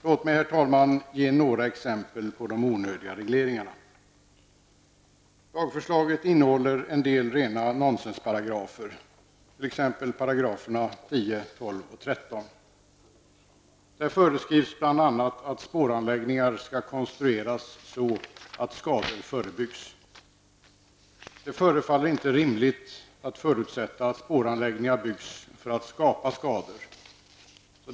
Låt mig, herr talman, ge några exempel på de onödiga regleringarna. Lagförslaget innehåller en del rena nonsensparagrafer, t.ex. §§ 10, 12 och 13. Där föreskrivs bl.a. att spåranläggningar skall konstrueras så, att skador förebyggs. Det förefaller inte rimligt att förutsätta att spåranläggningar byggs för att skapa skador.